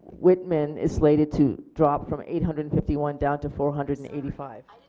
whitman is slated to drop from eight hundred and fifty one down to four hundred and eighty five.